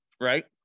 right